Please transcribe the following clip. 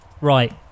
Right